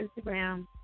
Instagram